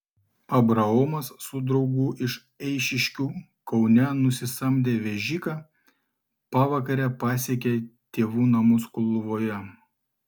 abraomas su draugu iš eišiškių kaune nusisamdę vežiką pavakare pasiekė tėvų namus kulvoje